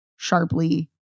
Sharply